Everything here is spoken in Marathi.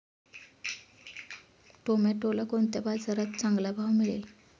टोमॅटोला कोणत्या बाजारात चांगला भाव मिळेल?